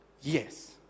Yes